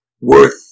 worth